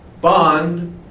bond